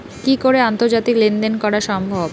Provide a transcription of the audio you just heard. কি করে আন্তর্জাতিক লেনদেন করা সম্ভব?